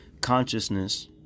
Consciousness